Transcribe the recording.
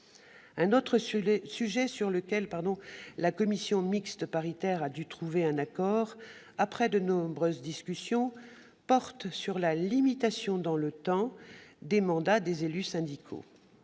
Un autre sujet sur lequel la commission mixte paritaire a dû trouver un accord, après de nombreuses discussions, porte sur la limitation dans le temps des mandats des élus syndicaux.